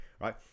right